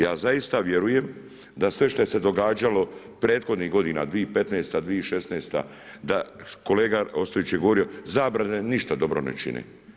Ja zaista vjerujem da sve što se događalo prethodnih godina, 2015., 2016., da kolega Ostojić je govorio, zabrane ništa dobro ne čine.